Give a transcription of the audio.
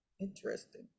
Interesting